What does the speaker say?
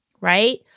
right